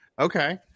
okay